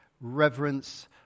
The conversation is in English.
reverence